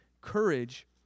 courage